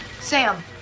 Sam